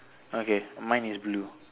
okay mine is blue